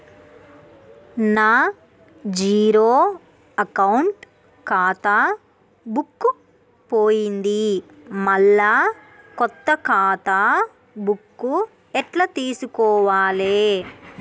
నా zero account ఖాతా book పోయింది మళ్ళా కొత్త ఖాతా బుక్కు ఎట్ల తీసుకోవాలే?